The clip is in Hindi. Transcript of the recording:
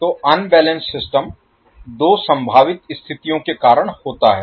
तो अनबैलेंस्ड सिस्टम दो संभावित स्थितियों के कारण होता है